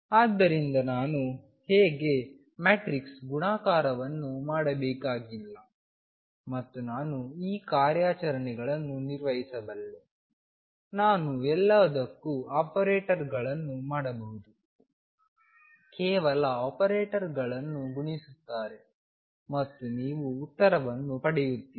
ಆದ್ದರಿಂದ ನಾನು ಹೇಗೆ ಮ್ಯಾಟ್ರಿಕ್ಸ್ ಗುಣಾಕಾರವನ್ನು ಮಾಡಬೇಕಾಗಿಲ್ಲ ಮತ್ತು ನಾನು ಈ ಕಾರ್ಯಾಚರಣೆಗಳನ್ನು ನಿರ್ವಹಿಸಬಲ್ಲೆ ನಾನು ಯಾವುದಕ್ಕೂ ಆಪರೇಟರ್ಗಳನ್ನು ಮಾಡಬಹುದು ಕೇವಲ ಆಪರೇಟರ್ಗಳನ್ನು ಗುಣಿಸುತ್ತಾರೆ ಮತ್ತು ನೀವು ಉತ್ತರವನ್ನು ಪಡೆಯುತ್ತೀರಿ